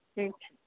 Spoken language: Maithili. ठीक छै